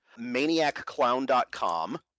ManiacClown.com